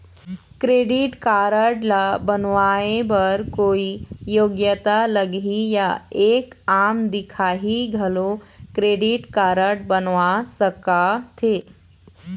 Credit card ला बनवाए बर कोई योग्यता लगही या एक आम दिखाही घलो क्रेडिट कारड बनवा सका थे?